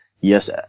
Yes